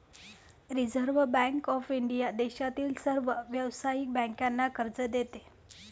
reserve bank of India देशातील सर्व व्यावसायिक बँकांना कर्ज देते